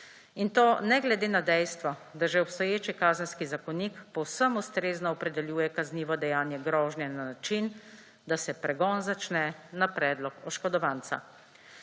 In to ne glede na dejstvo, da že obstoječi Kazenski zakonik povsem ustrezno opredeljuje kaznivo dejanje grožnje na način, da se pregon začne na predlog oškodovanca.